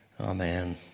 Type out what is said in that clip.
Amen